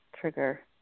trigger